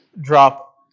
drop